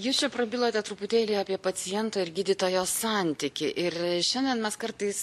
jūs čia prabilote truputėlį apie paciento ir gydytojo santykį ir šiandien mes kartais